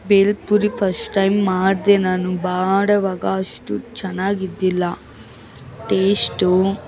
bhelpuri first time ಮಾಡ್ದೆ ನಾನು ಮಾಡೋವಾಗ ಅಷ್ಟು ಚೆನ್ನಾಗಿದ್ದಿಲ್ಲ ಟೇಸ್ಟು